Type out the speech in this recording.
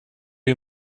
you